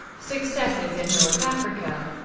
successes in north africa